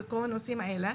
וכל הנושאים האלה.